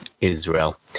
Israel